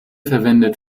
verwendet